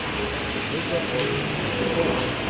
but as he did get orders to come forward,